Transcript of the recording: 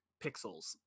pixels